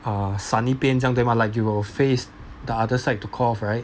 err 闪一边这样对吗 like you will face the other side to cough right